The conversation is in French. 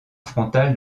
frontale